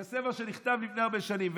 זה ספר שנכתב לפני הרבה שנים,